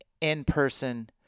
in-person